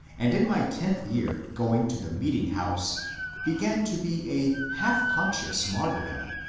and in my tenth year going to the meeting house began to be a half conscious martyrdom.